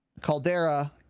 Caldera